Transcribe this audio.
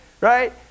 Right